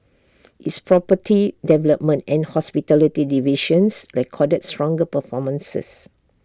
its property development and hospitality divisions recorded stronger performances